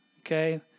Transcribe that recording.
okay